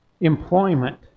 employment